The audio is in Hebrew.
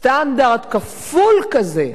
סטנדרט כפול כזה.